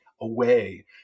away